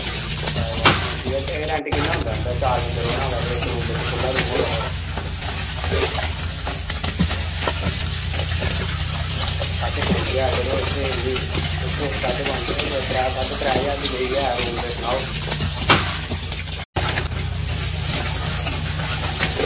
attach room ऐ rent किन्ना होंदा नुहाड़ा ते चार बंदें रौह्ना होऐ ते इक्क रूम बिच खु'ल्ला रूम होऐ थोह्ड़ा साढ़े पंज ज्हार यरो इत्थें इन्नी कुत्थें साढ़े पंज ज्हार कोई त्रैऽ साढ़े त्रैऽ ज्हार दी ऐ कोई रूम ते सनाओ